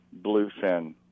bluefin